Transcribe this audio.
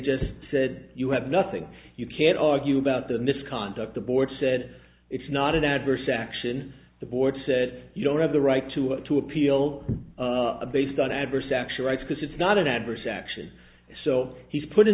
just said you have nothing you can't argue about the misconduct the board said it's not an adverse action the board said you don't have the right to to appeal based on adverse action rights because it's not an adversary action so he's put in